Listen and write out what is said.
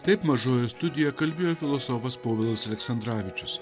taip mažoji studija kalbėjo filosofas povilas aleksandravičius